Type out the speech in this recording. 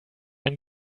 ein